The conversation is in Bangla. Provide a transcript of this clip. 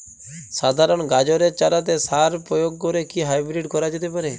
সাধারণ গাজরের চারাতে সার প্রয়োগ করে কি হাইব্রীড করা যেতে পারে?